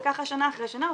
וככה שנה אחרי שנה,